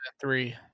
three